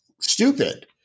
stupid